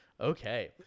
Okay